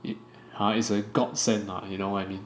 it ha it's a godsend lah you know what I mean